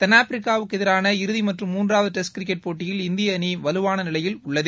தென்னாப்பிரிக்காவுக்குஎதிரான இறுதிமற்றும் முன்றாவதடெஸ்ட் கிரிக்கெட் போட்டியில் இந்திய அணிவலுவானநிலையில் உள்ளது